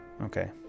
okay